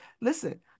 listen